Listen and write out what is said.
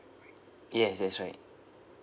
yes that's right